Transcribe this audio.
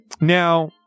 Now